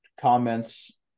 comments